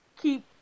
keep